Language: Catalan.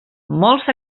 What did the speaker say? molts